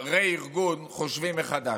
רה-ארגון, חושבים מחדש.